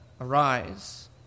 arise